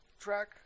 track